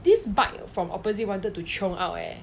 this bike from opposite wanted to chiong out eh